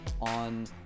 on